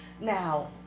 Now